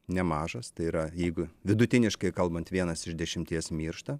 nemažas tai yra jeigu vidutiniškai kalbant vienas iš dešimties miršta